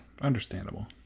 understandable